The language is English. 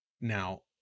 Now